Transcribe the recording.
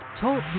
Talk